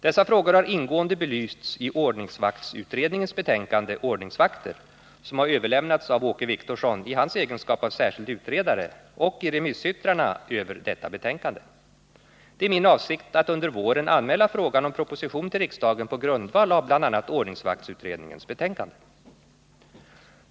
Dessa frågor har ingående belysts i ordningsvaktsutredningens betänkande Ordningsvakter, som har överlämnats av Åke Wictorsson i hans egenskap av särskild utredare, och i remissyttrandena över detta betänkande. Det är min avsikt att under våren anmäla frågan om proposition till riksdagen på grundval av bl.a. ordningsvaktsutredningens betänkande.